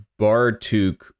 Bartuk